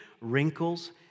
wrinkles